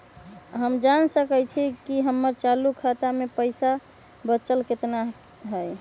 हम जान सकई छी कि हमर चालू खाता में पइसा बचल कितना हई